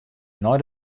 nei